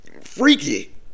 Freaky